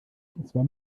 war